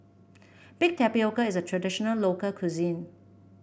Baked Tapioca is a traditional local cuisine